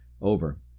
over